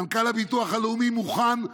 מנכ"ל הביטוח הלאומי מוכן,